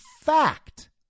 fact